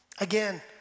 Again